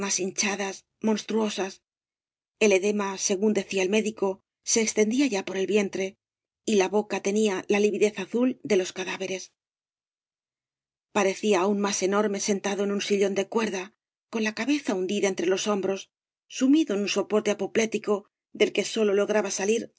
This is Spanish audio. monstruosas el edema según decía el médico se extendía ya por ei vientre y la boca tenía la iividez azul de los cadáveres parecía aún más enorme sentado en un sillón de cuerda con la cabeza hundida entre ios hom bros sumido en un sopor de apoplético del que sólo lograba salir á